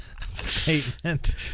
statement